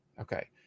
okay